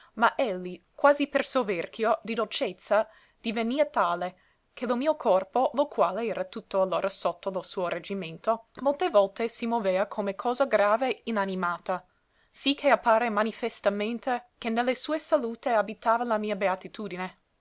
ma elli quasi per soverchio di dolcezza divenia tale che lo mio corpo lo quale era tutto allora sotto lo suo reggimento molte volte si movea come cosa grave inanimata sì che appare manifestamente che ne le sue salute abitava la mia beatitudine